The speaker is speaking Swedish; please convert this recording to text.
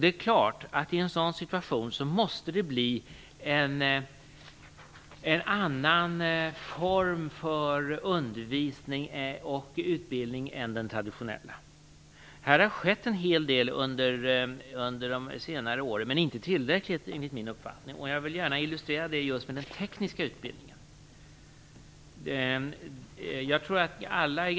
Det är klart att det i en sådan situation måste bli en annan form för undervisning och utbildning än den traditionella. Här har skett en hel del under senare år, men inte tillräckligt enligt min uppfattning. Jag vill gärna illustrera detta med en tekniska utbildningen.